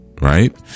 Right